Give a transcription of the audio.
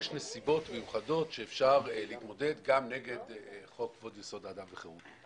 יש נסיבות מיוחדות שאפשר להתמודד גם נגד חוק יסוד: כבוד האדם וחירותו,